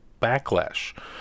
backlash